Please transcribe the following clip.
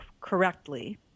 correctly